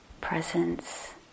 presence